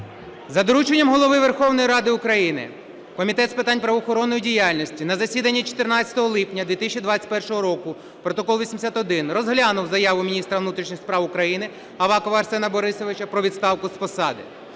За дорученням Голови Верховної Ради України Комітет з питань правоохоронної діяльності на засіданні 14 липня 2021 року (протокол 81) розглянув заяву міністра внутрішніх справ України Авакова Арсена Борисовича про відставку з посади.